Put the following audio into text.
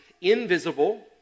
invisible